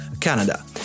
Canada